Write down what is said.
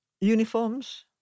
Uniforms